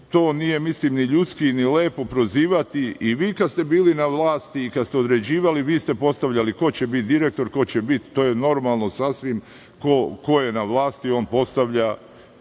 da nije ni ljudski ni lepo prozivati. I vi kada ste bili na vlasti i kada ste određivali, vi ste postavljali ko će biti direktor, to je normalno sasvim, ko je na vlasti, on postavlja,